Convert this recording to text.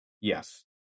Yes